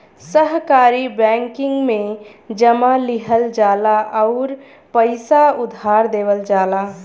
सहकारी बैंकिंग में जमा लिहल जाला आउर पइसा उधार देवल जाला